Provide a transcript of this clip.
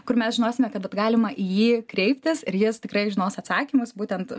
kur mes žinosime kad vat galima į jį kreiptis ir jis tikrai žinos atsakymus būtent